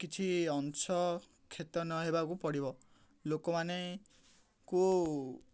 କିଛି ଅଂଶ କ୍ଷତ ନହେବାକୁ ପଡ଼ିବ ଲୋକମାନେ କୁ